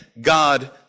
God